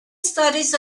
studies